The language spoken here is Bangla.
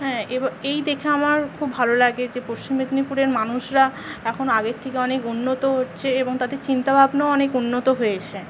হ্যাঁ এই দেখে আমার খুব ভালো লাগে যে পশ্চিম মেদনীপুরের মানুষরা এখন আগের থেকে অনেক উন্নত হচ্ছে এবং তাদের চিন্তা ভাবনাও অনেক উন্নত হয়েছে